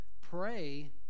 pray